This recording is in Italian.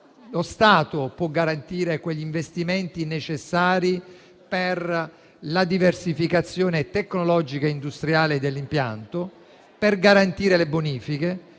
lo Stato può garantire gli investimenti necessari per la diversificazione tecnologica e industriale dell'impianto, per le bonifiche,